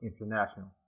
International